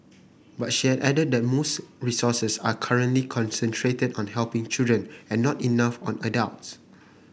but she added that most resources are currently concentrated on helping children and not enough on adults